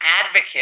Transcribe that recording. advocate